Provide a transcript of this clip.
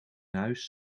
huis